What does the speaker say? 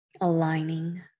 aligning